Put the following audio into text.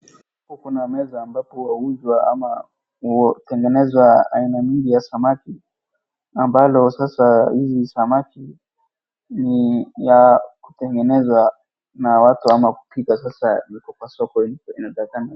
Kuna meza ambapo wauza ama watengenezwa aina mingi ya samaki ambalo sasa hizi samaki ni ya kutengeneza na watu ama kupiga sasa ziko kwa soko inatakikana.